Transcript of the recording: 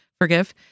forgive